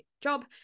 job